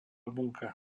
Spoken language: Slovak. bunka